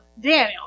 Daniel